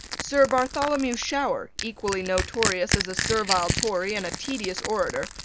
sir bartholomew shower, equally notorious as a servile tory and a tedious orator,